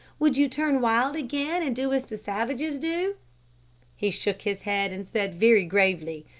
would you turn wild again and do as the savages do he shook his head and said very gravely,